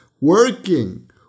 working